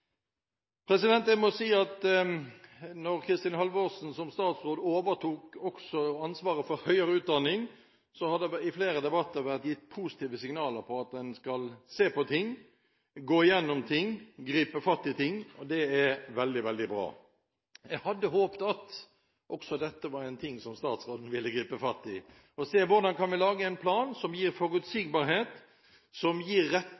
Jeg må si at etter at Kristin Halvorsen overtok ansvaret som statsråd også for høyere utdanning, har det i flere debatter vært gitt positive signaler om at man skal se på ting, gå igjennom ting, gripe fatt i ting – og det er veldig, veldig bra. Jeg hadde håpet at også dette var en ting som statsråden ville gripe fatt i for å se hvordan vi kan lage en plan som gir forutsigbarhet, som gir